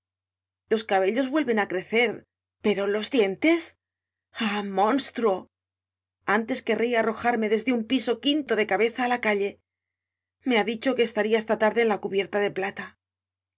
los cabellos vuelven á crecer pero los dientes ah monstruo antes querria arrojarme desde un piso quinto de cabeza á la calle me ha dicho que estaria esta tarde en la cubierta de plata y